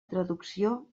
traducció